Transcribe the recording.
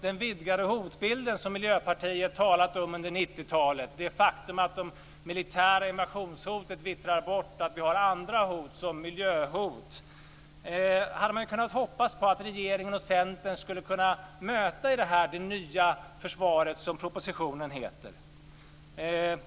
Den vidgade hotbilden som Miljöpartiet talat om under 90-talet, det faktum att de militära invasionshoten vittrar bort och att vi har andra hot som miljöhot, hade man kunnat hoppas på att regeringen och Centern skulle kunna möta i Det nya försvaret, som propositionen heter.